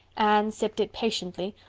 anne sipped it patiently,